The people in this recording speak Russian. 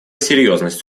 серьезность